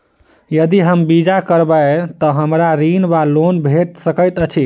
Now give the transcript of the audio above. यदि हम बीमा करबै तऽ हमरा ऋण वा लोन भेट सकैत अछि?